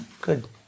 good